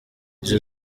izo